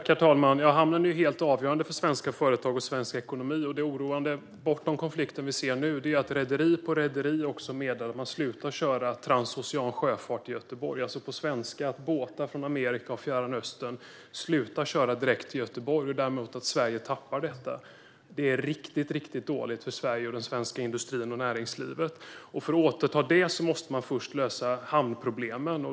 Herr talman! Ja, hamnen är helt avgörande för svenska företag och för svensk ekonomi. Det oroande bortom den konflikt som vi nu ser är att rederi på rederi meddelar att de slutar köra transocean sjöfart till Göteborg - på svenska betyder det att båtar från Amerika och Fjärran Östern slutar att köra direkt till Göteborg och att Sverige därmed tappar detta. Det är riktigt dåligt för Sverige, för den svenska industrin och för näringslivet. För att återta detta måste man först lösa hamnproblemen.